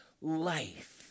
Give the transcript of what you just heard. life